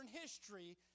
history